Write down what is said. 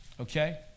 okay